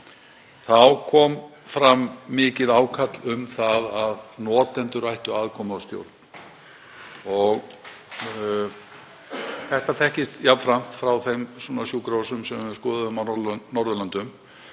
kom fram mikið ákall um að notendur ættu aðkomu að stjórn. Þetta þekkist jafnframt frá þeim sjúkrahúsum sem við skoðuðum á Norðurlöndum.